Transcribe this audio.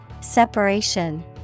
Separation